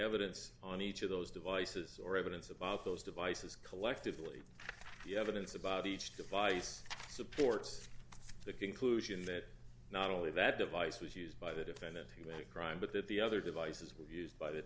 evidence on each of those devices or evidence about those devices collectively the evidence about each device supports the conclusion that not only that device was used by the defendant who made a crime but that the other devices were used by the